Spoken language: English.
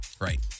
Right